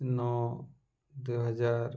ନଅ ଦୁଇ ହଜାର